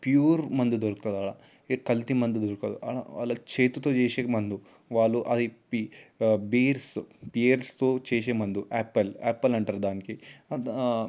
pure మందు దొరుకుతాది అక్కడ ఏ కల్తీ ముందు దొరకదు అక్కడ వాళ్ళ చేతితో చేసిన మందు వాళ్ళు అది బీర్స్ బీర్స్ తో చేసే ముందు ఆపిల్ ఆపిల్ అంటారు దానికి